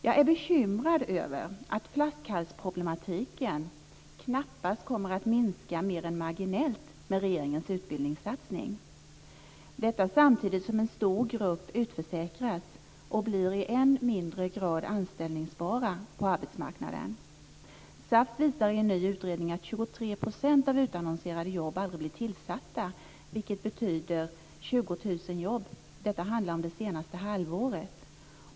Jag är bekymrad över att flaskhalsproblematiken knappast kommer att minska mer än marginellt med regeringens utbildningssatsning - detta samtidigt som en stor grupp utförsäkras och blir i än mindre grad anställningsbara på arbetsmarknaden. SAF visar i en ny utredning att 23 % av utannonserade jobb aldrig blir tillsatta, vilket betyder 20 000 jobb. Detta handlar om det senaste halvåret.